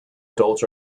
adults